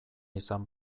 izan